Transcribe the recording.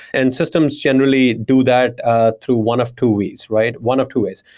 and systems generally do that through one of two ways, right? one of two ways.